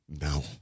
No